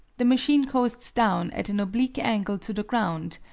the machine coasts down at an oblique angle to the ground,